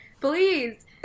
please